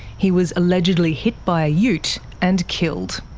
he was allegedly hit by a ute and killed.